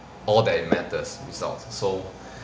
all that matters results so